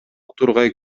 тургай